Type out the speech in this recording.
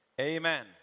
Amen